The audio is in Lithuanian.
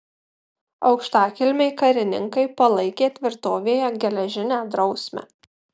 aukštakilmiai karininkai palaikė tvirtovėje geležinę drausmę